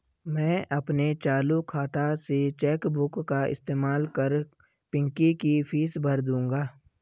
मैं अपने चालू खाता से चेक बुक का इस्तेमाल कर पिंकी की फीस भर दूंगा